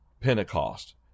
Pentecost